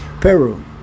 Peru